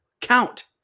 count